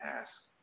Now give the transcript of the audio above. ask